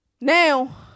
Now